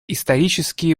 исторические